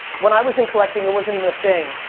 when i was in collecting, it wasn't even a thing,